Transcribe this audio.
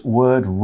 word